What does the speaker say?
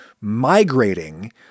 migrating